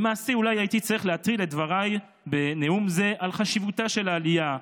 למעשה אולי הייתי צריך להתחיל את דבריי בנאום זה על חשיבותה של העלייה,